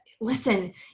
listen